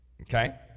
Okay